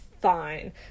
fine